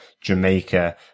Jamaica